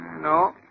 No